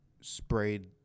sprayed